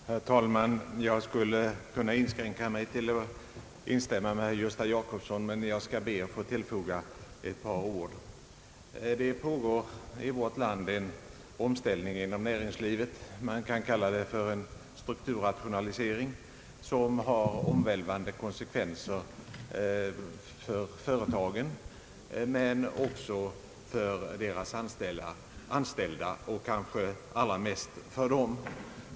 Herr talman! Jag skulle kunna inskränka mig till att bara instämma med herr Gösta Jacobsson men skall ändå tillfoga ett par ord. Det pågår en omställning inom näringslivet i vårt land — man kan kalla det för en strukturrationalisering — som har omvälvande konsekvenser för företagen men också för de anställda, och kanske allra mest för dem.